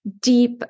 deep